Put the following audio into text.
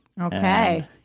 Okay